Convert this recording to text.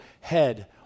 head